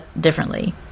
differently